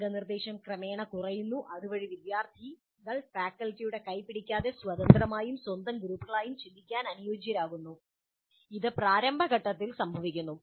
മാർഗ്ഗനിർദ്ദേശം ക്രമേണ കുറയുന്നു അതുവഴി വിദ്യാർത്ഥികൾ ഫാക്കൽറ്റിയുടെ കൈ പിടിക്കാതെ സ്വതന്ത്രമായും സ്വന്തം ഗ്രൂപ്പുകളായും ചിന്തിക്കാൻ അനുയോജ്യമാകും ഇത് പ്രാരംഭ ഘട്ടത്തിൽ സംഭവിക്കുന്നു